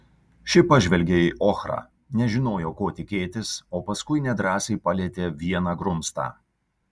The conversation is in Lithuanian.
ši pažvelgė į ochrą nežinojo ko tikėtis o paskui nedrąsiai palietė vieną grumstą